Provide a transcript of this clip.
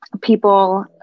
people